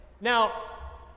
Now